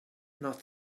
not